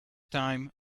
time